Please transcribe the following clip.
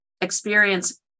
experience